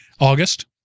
August